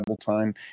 time